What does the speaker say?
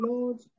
Lord